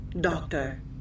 doctor